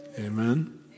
Amen